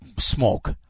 smoke